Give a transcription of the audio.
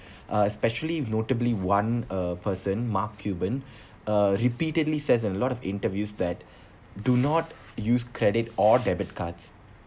uh especially notably one uh person mark cuban uh repeatedly says a lot of interviews that do not use credit or debit cards